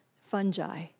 fungi